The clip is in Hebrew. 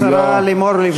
השרה לימור לבנת.